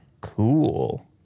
Cool